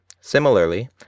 Similarly